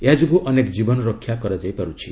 ଏହାଯୋଗୁଁ ଅନେକ ଜୀବନ ରକ୍ଷା ପାଇଯାଇ ପାରୁଛି